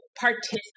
participate